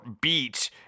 beat